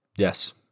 Yes